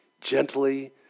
gently